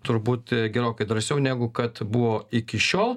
turbūt gerokai drąsiau negu kad buvo iki šiol